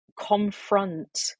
confront